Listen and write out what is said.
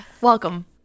Welcome